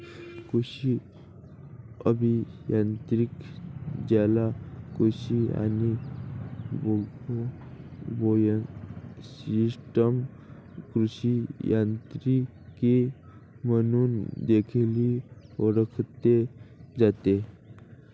कृषी अभियांत्रिकी, ज्याला कृषी आणि बायोसिस्टम अभियांत्रिकी म्हणून देखील ओळखले जाते